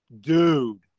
dude